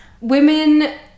Women